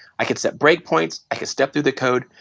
i can set break points, i can step through the code.